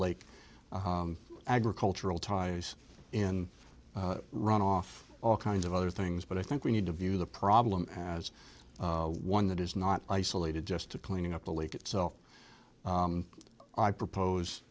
lake agricultural ties in runoff all kinds of other things but i think we need to view the problem as one that is not isolated just to clean up the leak itself i propose